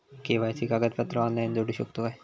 KYC कागदपत्रा online जोडू शकतू का?